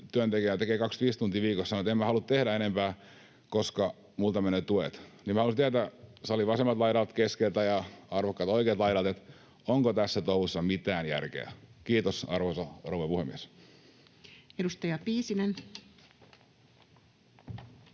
työntekijä tekee 25 tuntia viikossa ja sanoo, että en halua tehdä enempää, koska minulta menevät tuet. Haluaisin tietää salin vasemmalta laidalta, keskeltä ja arvokkaalta oikealta laidalta, onko tässä touhussa mitään järkeä. — Kiitos, arvoisa rouva puhemies. [Speech